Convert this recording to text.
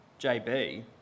JB